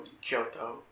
Kyoto